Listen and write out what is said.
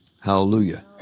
Hallelujah